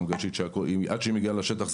חמגשית שעד שהיא מגיעה לשטח,